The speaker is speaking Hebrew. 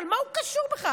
אבל מה הוא קשור בכלל?